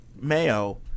Mayo